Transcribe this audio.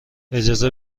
اجازه